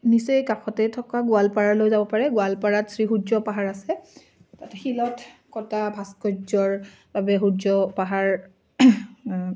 নিচেই কাষতেই থকা গোৱালপাৰালৈ যাব পাৰে গোৱালপাৰাত শ্ৰী সূৰ্য পাহাৰ আছে তাত শিলত কটা ভাস্কৰ্যৰ বাবে সূৰ্য পাহাৰ